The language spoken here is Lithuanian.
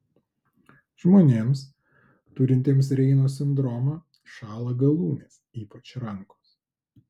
žmonėms turintiems reino sindromą šąla galūnės ypač rankos